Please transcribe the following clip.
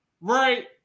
right